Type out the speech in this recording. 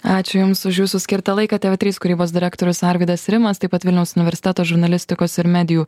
ačiū jums už jūsų skirtą laiką tv trys kūrybos direktorius arvydas rimas taip pat vilniaus universiteto žurnalistikos ir medijų